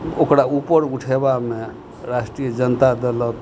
ओकरा ऊपर उठेबामे राष्ट्रीय जनता देलक